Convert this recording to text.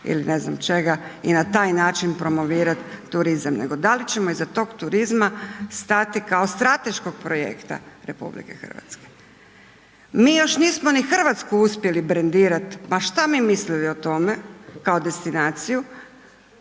ili ne znam čega i na taj način promovirat turizam, nego da li ćemo iza tog turizma stati kao strateškog projekta RH? Mi još nismo ni RH uspjeli brendirat, ma šta mi mislili o tome kao destinaciju